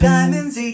Diamonds